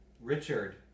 Richard